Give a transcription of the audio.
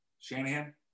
shanahan